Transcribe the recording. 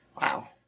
Wow